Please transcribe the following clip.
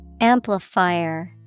Amplifier